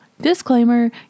disclaimer